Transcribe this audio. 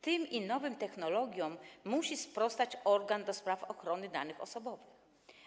Tym i nowym technologiom musi sprostać organ do spraw ochrony danych osobowych.